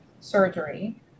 Surgery